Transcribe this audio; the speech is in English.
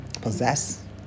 possess